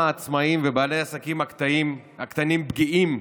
העצמאים ובעלי העסקים הקטנים פגיעים,